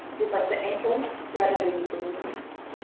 we'd like the ankle spread underneath the means.